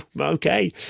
okay